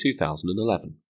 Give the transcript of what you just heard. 2011